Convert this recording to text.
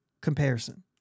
comparison